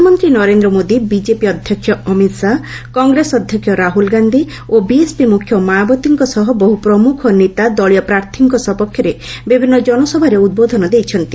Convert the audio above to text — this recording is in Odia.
ପ୍ରଧାନମନ୍ତ୍ରୀ ନରେନ୍ଦ୍ର ମୋଦି ବିଜେପି ଅଧ୍ୟକ୍ଷ ଅମିତ ଶାହା କଂଗ୍ରେସ ଅଧ୍ୟକ୍ଷ ରାହୁଲ୍ ଗାନ୍ଧି ଓ ବିଏସ୍ପି ମୁଖ୍ୟ ମାୟାବତୀଙ୍କ ସହ ବହୁ ପ୍ରମୁଖ ନେତା ଦଳୀୟ ପ୍ରାର୍ଥୀଙ୍କ ସପକ୍ଷରେ ବିଭିନ୍ନ ଜନସଭାରେ ଉଦ୍ବୋଧନ ଦେଇଛନ୍ତି